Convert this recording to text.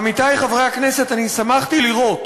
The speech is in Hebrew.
עמיתי חברי הכנסת, אני שמחתי לראות